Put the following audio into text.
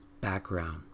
background